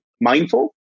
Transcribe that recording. mindful